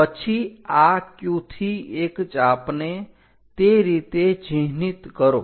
પછી આ Q થી એક ચાપને તે રીતે ચિહ્નિત કરો